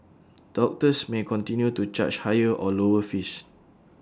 doctors may continue to charge higher or lower fees